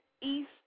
East